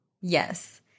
Yes